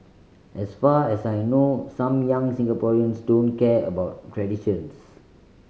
as far as I know some young Singaporeans don't care about traditions